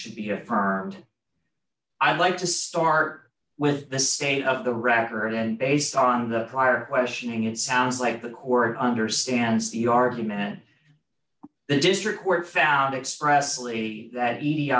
should be affirmed i'd like to start with the state of the record and based on the prior questioning it sounds like the core understands the argument the district court found expressively that e